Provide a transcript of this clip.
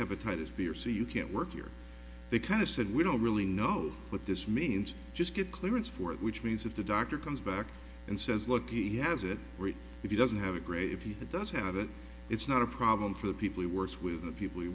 have otitis b or c you can't work here they kind of said we don't really know what this means just get clearance for it which means if the doctor comes back and says look he has it right if you doesn't have a great if he does have it it's not a problem for the people he works with the people he